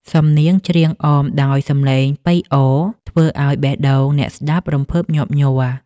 សំនៀងច្រៀងអមដោយសំឡេងប៉ីអរ ធ្វើឱ្យបេះដូងអ្នកស្ដាប់រំភើបញាប់ញ័រ។